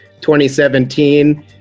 2017